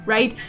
Right